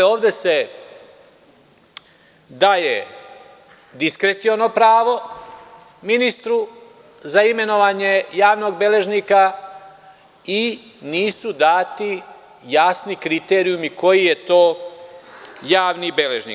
Ovde se daje diskreciono pravo ministru za imenovanje javnog beležnika i nisu dati jasni kriteriju koji je to javni beležnik.